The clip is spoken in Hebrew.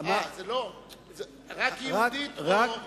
זה רק "יהודית" או,